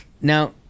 Now